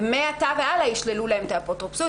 ומעתה והלאה ישללו להם את האפוטרופסות.